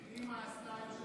תראי מה עשתה ממשלת,